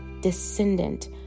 descendant